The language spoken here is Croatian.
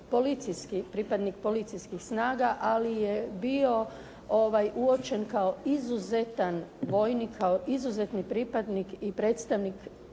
policijski, pripadnik policijskih snaga, ali je bio uočen kao izuzetan vojnik, kao izuzetni pripadnik i predstavnik